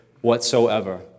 whatsoever